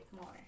more